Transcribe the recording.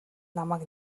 намайг